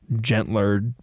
gentler